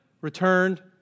returned